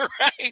right